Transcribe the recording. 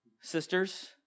sisters